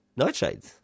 Nightshades